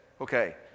Okay